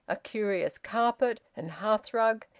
a curious carpet and hearthrug,